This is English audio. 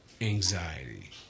anxiety